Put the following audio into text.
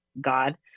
God